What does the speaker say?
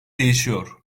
değişiyor